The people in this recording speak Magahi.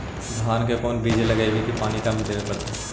धान के कोन बिज लगईऐ कि पानी कम देवे पड़े?